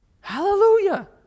Hallelujah